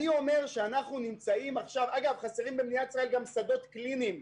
אגב, במדינת ישראל חסרים גם שדות קליניים,